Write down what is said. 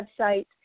website